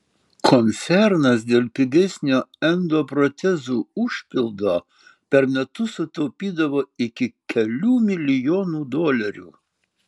koncernas dėl pigesnio endoprotezų užpildo per metus sutaupydavo iki kelių milijonų dolerių